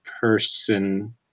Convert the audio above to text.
person